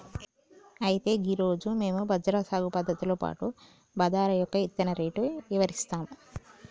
అయితే గీ రోజు మేము బజ్రా సాగు పద్ధతులతో పాటు బాదరా యొక్క ఇత్తన రేటు ఇవరిస్తాము